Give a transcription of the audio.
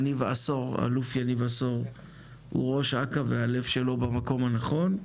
ואלוף יניב עשור הוא ראש אכ"א והלב שלו במקום הנכון,